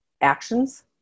actions